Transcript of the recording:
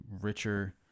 richer